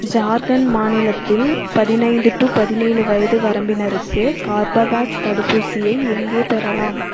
ஜார்க்கண்ட் மாநிலத்தில் பதினைந்து டூ பதினேழு வயது வரம்பினருக்கு கார்பவேக்ஸ் தடுப்பூசியை எங்கே பெறலாம்